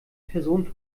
person